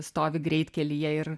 stovi greitkelyje ir